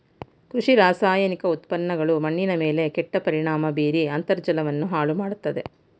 ಕೃಷಿ ರಾಸಾಯನಿಕ ಉತ್ಪನ್ನಗಳು ಮಣ್ಣಿನ ಮೇಲೆ ಕೆಟ್ಟ ಪರಿಣಾಮ ಬೀರಿ ಅಂತರ್ಜಲವನ್ನು ಹಾಳು ಮಾಡತ್ತದೆ